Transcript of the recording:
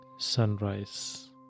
sunrise